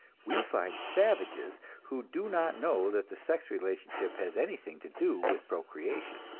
we find savages who do not know that the sex relationship has anything to do with procreation.